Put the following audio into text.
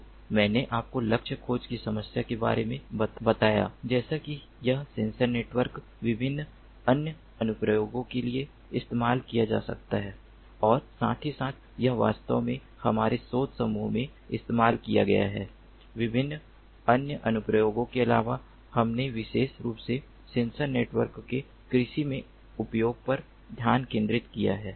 तो मैंने आपको लक्ष्य खोज की समस्या के बारे में बताया जैसे कि यह सेंसर नेटवर्क विभिन्न अन्य अनुप्रयोगों के लिए इस्तेमाल किया जा सकता है और साथ ही साथ यह वास्तव में हमारे शोध समूह में इस्तेमाल किया गया है विभिन्न अन्य अनुप्रयोगों के अलावा हमने विशेष रूप से सेंसर नेटवर्क के कृषि में उपयोग पर ध्यान केंद्रित किया है